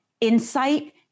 insight